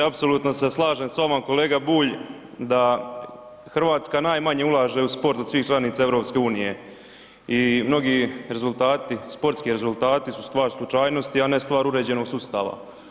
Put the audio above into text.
Apsolutno se slažem s vama kolega Bulj da Hrvatska najmanje ulaže u sport od svih članica EU i mnogi rezultati, sportski rezultati su stvar slučajnosti, a ne stvar uređenog sustava.